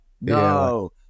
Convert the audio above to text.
No